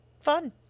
fun